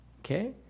okay